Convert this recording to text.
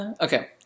Okay